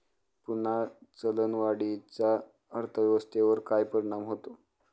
पुन्हा चलनवाढीचा अर्थव्यवस्थेवर काय परिणाम होतो